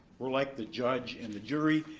we're like the judge and the jury.